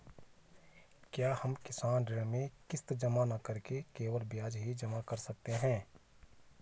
क्या हम किसान ऋण में किश्त जमा न करके केवल ब्याज ही जमा कर सकते हैं?